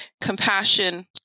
compassion